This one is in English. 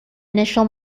initial